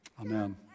Amen